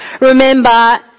remember